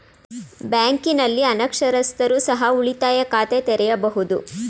ಬ್ಯಾಂಕಿನಲ್ಲಿ ಅನಕ್ಷರಸ್ಥರು ಸಹ ಉಳಿತಾಯ ಖಾತೆ ತೆರೆಯಬಹುದು?